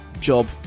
job